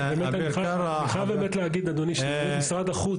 אני חייב להגיד אדוני שעובדי משרד החוץ,